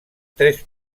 tres